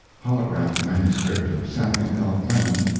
holograph manuscript of samuel l. clemens,